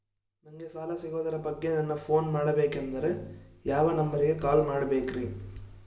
ನಂಗೆ ಸಾಲ ಸಿಗೋದರ ಬಗ್ಗೆ ನನ್ನ ಪೋನ್ ಮಾಡಬೇಕಂದರೆ ಯಾವ ನಂಬರಿಗೆ ಕಾಲ್ ಮಾಡಬೇಕ್ರಿ?